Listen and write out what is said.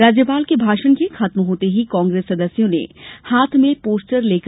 राज्यपाल के भाषण के खत्म होते ही कांग्रेस सदस्यों ने हाथ मे पोस्टर लेकर नारेबाजी की